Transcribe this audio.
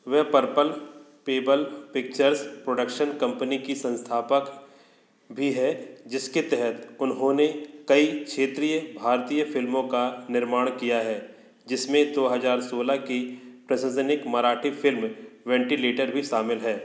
वे Purple Pebble Pictures production company की संस्थापक भी है जिसके तहत उन्होंने कई क्षेत्रीय भारतीय फिल्मों का निर्माण किया है जिसमें दो हजार सोलह की मराठी फिल्म वेंटिलेटर भी शामिल है